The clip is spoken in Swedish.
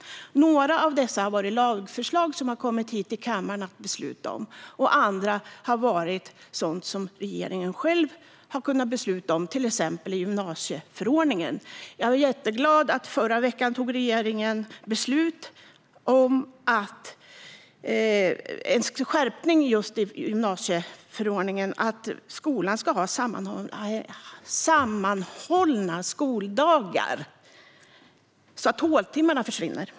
Några av dessa har varit lagförslag som har kommit hit till kammaren för beslut. Andra har varit sådant som regeringen själv har kunnat besluta om, till exempel i gymnasieförordningen. Jag är jätteglad att regeringen förra veckan tog beslut om en skärpning i gymnasieförordningen när det gäller att skolan ska ha sammanhållna skoldagar, så att håltimmarna försvinner.